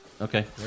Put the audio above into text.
Okay